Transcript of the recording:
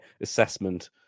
assessment